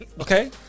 Okay